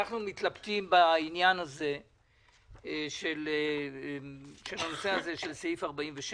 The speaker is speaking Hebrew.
מתלבטים בעניין הזה של סעיף 46